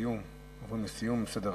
לסיום סדר-היום, עוברים לסיום סדר-היום.